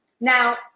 Now